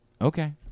Okay